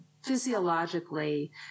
physiologically